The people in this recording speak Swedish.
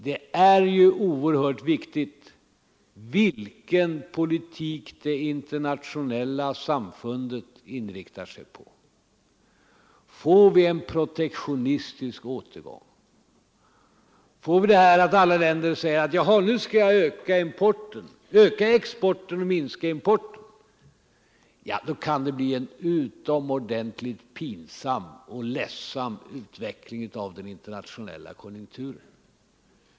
Det spelar en avgörande roll vilken politik som det internationella samfundet inriktar sig på. Om vi får en protektionistisk återgång, och om alla länder i en sådan situation säger att nu skall vi öka exporten och minska importen, ja, då kan det bli en utomordentligt pinsam och ledsam utveckling av den internationella konjunkturen!